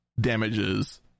damages